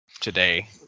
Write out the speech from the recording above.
today